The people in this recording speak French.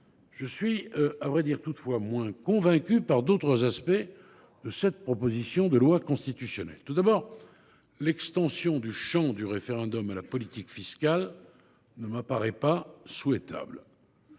Je suis toutefois moins convaincu, à vrai dire, par d’autres aspects de cette proposition de loi constitutionnelle. Ainsi, l’extension du champ du référendum à la politique fiscale ne m’apparaît pas souhaitable.